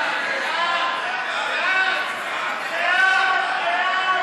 ההצעה להעביר את הצעת חוק המכר (דירות) (תיקון,